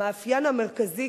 המאפיין המרכזי,